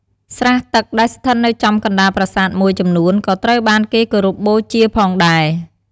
ស្រះទឹកដែលស្ថិតនៅចំកណ្ដាលប្រាសាទមួយចំនួនក៏ត្រូវបានគេគោរពបូជាផងដែរ។